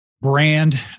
brand